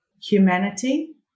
humanity